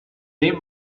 name